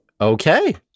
Okay